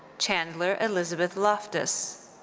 chandler elizabeth loftus.